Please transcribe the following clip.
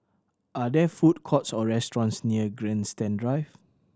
are there food courts or restaurants near Grandstand Drive